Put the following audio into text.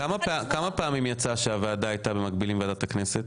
כמה פעמים יצא שהוועדה הייתה במקביל עם ועדת הכנסת?